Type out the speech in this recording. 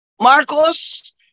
Marcos